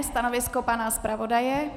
Stanovisko pana zpravodaje?